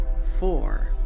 four